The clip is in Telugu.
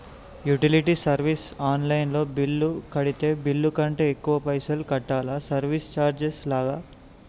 యుటిలిటీ సర్వీస్ ఆన్ లైన్ లో బిల్లు కడితే బిల్లు కంటే ఎక్కువ పైసల్ కట్టాలా సర్వీస్ చార్జెస్ లాగా?